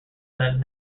that